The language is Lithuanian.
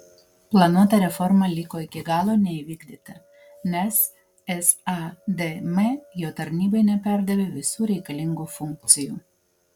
planuota reforma liko iki galo neįvykdyta nes sadm jo tarnybai neperdavė visų reikalingų funkcijų